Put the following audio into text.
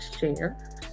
share